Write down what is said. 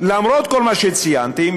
למרות כל מה שציינתי,